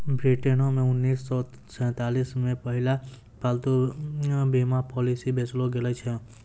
ब्रिटेनो मे उन्नीस सौ सैंतालिस मे पहिला पालतू बीमा पॉलिसी बेचलो गैलो छलै